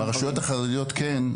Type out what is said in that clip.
ברשויות החרדיות: כן.